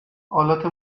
آلات